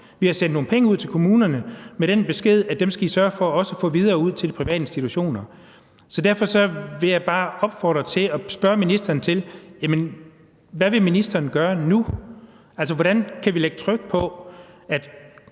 Vi har sendt nogle penge ud til kommunerne med den besked, at de skal sørge for også at få dem ud til de private institutioner. Derfor vil jeg bare spørge: Hvad vil ministeren gøre nu? Hvordan kan vi lægge pres på, så